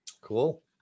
Cool